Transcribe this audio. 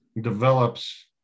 develops